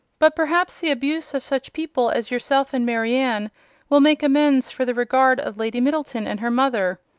but perhaps the abuse of such people as yourself and marianne will make amends for the regard of lady middleton and her mother.